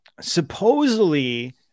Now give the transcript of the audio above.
supposedly-